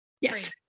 Yes